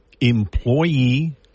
employee